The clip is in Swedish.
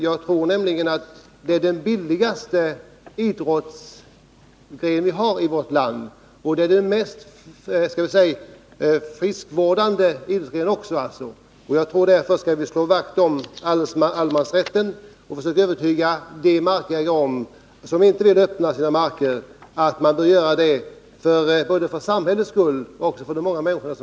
Jag tror nämligen att friluftslivet är den billigaste idrottsgren vi har i vårt land och också den mest friskvårdande, och därför skall vi slå vakt om allemansrätten och försöka övertyga de markägare som inte vill öppna sina marker om att de bör göra det, både för samhällets skull och för de många människornas.